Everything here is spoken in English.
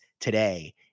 today